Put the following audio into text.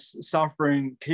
suffering